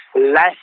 life